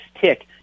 tick